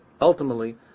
ultimately